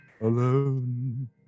alone